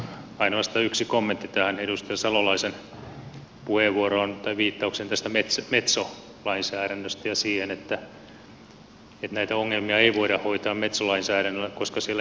ainoastaan yksi kommentti tähän edustaja salolaisen puheenvuoroon tai viittaukseen tästä metso lainsäädännöstä ja siihen että näitä ongelmia ei voida hoitaa metso lainsäädännöllä koska siellä ei ole varoja